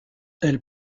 elle